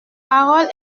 parole